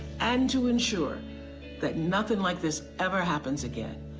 and to ensure that nothing like this ever happens again.